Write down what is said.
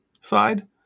side